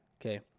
Okay